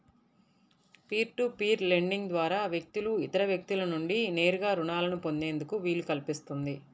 peer to peer lending ద్వారా వ్యక్తులు ఇతర వ్యక్తుల నుండి నేరుగా రుణాలను పొందేందుకు వీలు కల్పిస్తుంది